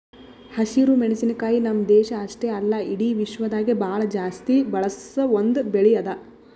ಹಸಿರು ಮೆಣಸಿನಕಾಯಿ ನಮ್ಮ್ ದೇಶ ಅಷ್ಟೆ ಅಲ್ಲಾ ಇಡಿ ವಿಶ್ವದಾಗೆ ಭಾಳ ಜಾಸ್ತಿ ಬಳಸ ಒಂದ್ ಬೆಳಿ ಅದಾ